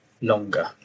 longer